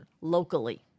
locally